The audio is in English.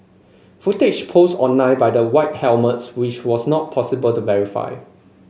footage post online by the White Helmets which was not possible to verify